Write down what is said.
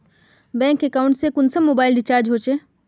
Bank account से कुंसम mobile recharge होचे?